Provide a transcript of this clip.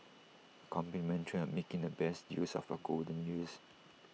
A commentary on making the best use of your golden years